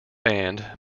band